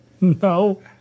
No